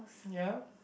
ya